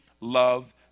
love